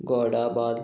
गोडाबान